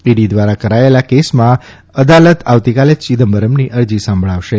ED દ્વારા કરાયેલા કેસમાં અદાલત આવતીકાલે ચિદમ્બરમની અરજી સાંભળશે